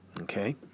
Okay